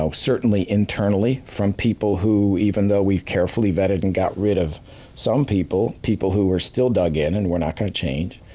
so certainly internally from people who even though we've carefully vetted and got rid of some people, people who were still dug in and were not going to change.